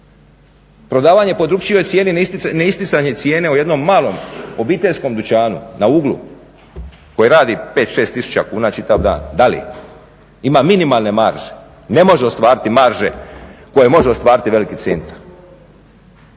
Prodavanje po drukčijoj cijeni ne isticanje cijene u jednom malom obiteljskom dućanu na uglu koji radi 5, 6 tisuća kuna čitav dan da li ima minimalne marže, ne može ostvariti marže koje može ostvariti veliki centar.